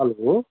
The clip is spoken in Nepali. हेलो